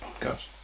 podcast